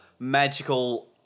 magical